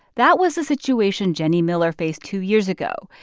that was the situation jennie miller faced two years ago.